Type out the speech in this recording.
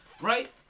right